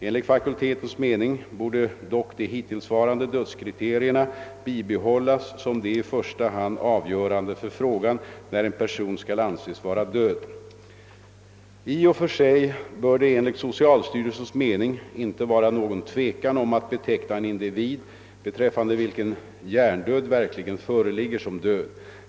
Enligt fakultetens mening borde dock de hittillsvarande dödskriterierna bibehållas som de i första hand avgörande för frågan när en person skall anses vara död. I och för sig bör det enligt socialstyrelsens mening inte vara någon tvekan om att beteckna en individ, beträffande vilken hjärndöd verkligen föreligger, som död.